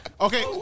Okay